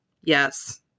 Yes